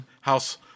House